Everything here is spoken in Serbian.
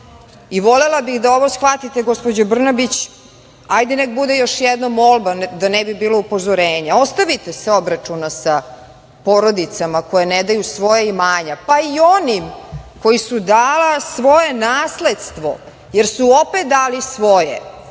Volela bih da ovo shvatite, gospođo Brnabić, hajde neka bude još jedna molba, da ne bi bilo upozorenje, ostavite se obračuna sa porodicama koje ne daju svoja imanja, pa i oni koji su dali svoje nasledstvo, jer su opet dali svoje,